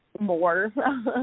more